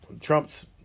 Trump's